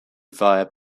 via